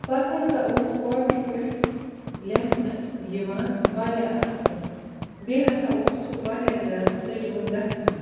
پَتہٕ ہَسا اوس کاپی پٮ۪ٹھ لیکھنہٕ یِوان واریاہ اَصٕل بیٚیہِ ہَسا اوس سُہ واریاہ زیادٕ سَجوُن گژھان